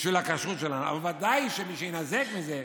בשביל הכשרות שלנו, אבל בוודאי שמי שיינזק מזה,